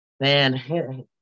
Man